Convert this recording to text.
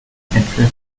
attracted